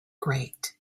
great